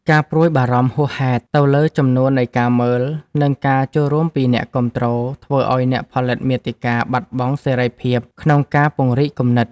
ការព្រួយបារម្ភហួសហេតុទៅលើចំនួននៃការមើល និងការចូលរួមពីអ្នកគាំទ្រ ធ្វើឱ្យអ្នកផលិតមាតិកាបាត់បង់សេរីភាពក្នុងការពង្រីកគំនិត។